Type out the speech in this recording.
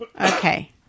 Okay